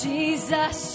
Jesus